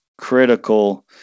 critical –